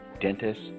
dentist